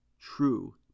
true